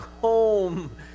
home